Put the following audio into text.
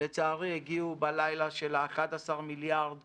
לצערי, הגיעה בלילה של ה-11 מיליארדים